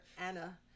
Anna